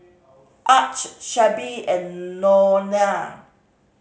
Arch Shelbi and Nona